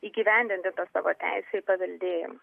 įgyvendinti savo teisę į paveldėjimą